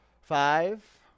Five